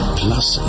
plus